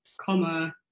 comma